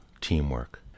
teamwork